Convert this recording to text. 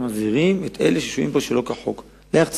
אנחנו מחזירים את אלה ששוהים פה שלא כחוק לארצם.